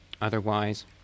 otherwise